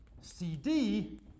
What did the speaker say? CD